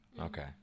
Okay